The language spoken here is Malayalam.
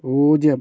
പൂജ്യം